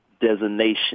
designation